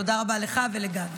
תודה רבה לך ולגדי.